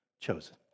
chosen